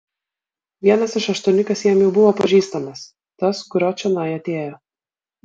vienas iš aštuoniukės jam jau buvo pažįstamas tas kurio čionai atėjo